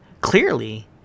clearly